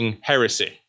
heresy